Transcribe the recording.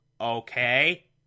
Okay